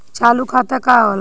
चालू खाता का होला?